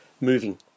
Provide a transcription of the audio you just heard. moving